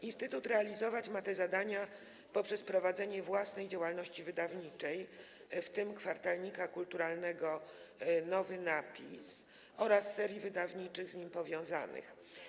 Instytut realizować ma te zadania poprzez prowadzenie własnej działalności wydawniczej, w tym kwartalnika kulturalnego „Nowy Napis” oraz serii wydawniczych z nim powiązanych.